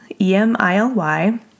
E-M-I-L-Y